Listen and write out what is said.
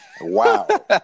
Wow